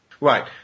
right